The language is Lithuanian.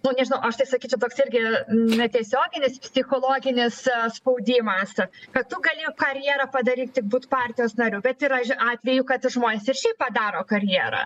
nu nežinau aš tai sakyčiau toks irgi netiesioginis psichologinis spaudimas kad tu gali karjerą padaryt tik būt partijos nariu bet yra žio atvejų kad ir žmonės ir šiaip padaro karjerą